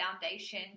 foundation